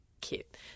kit